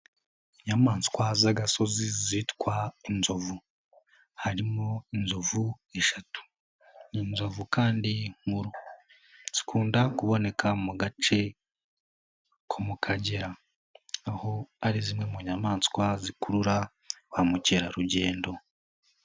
Inyamaswa z'agasozi zitwa inzovu. Harimo inzovu eshatu ni, inzovu kandi zikunda kuboneka mu gace ko mu kagera aho ari zimwe mu nyamaswa zikurura ba mukerarugendo.